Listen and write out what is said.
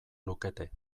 lukete